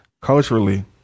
culturally